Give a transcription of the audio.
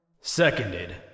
Seconded